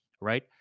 right